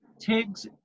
Tiggs